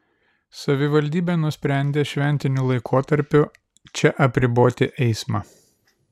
savivaldybė nusprendė šventiniu laikotarpiu čia apriboti eismą